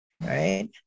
right